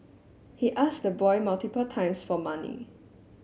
he asked the boy multiple times for money